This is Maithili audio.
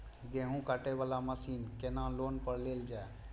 गेहूँ काटे वाला मशीन केना लोन पर लेल जाय?